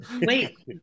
Wait